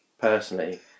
personally